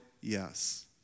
yes